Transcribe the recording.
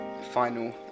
Final